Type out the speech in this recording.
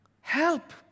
help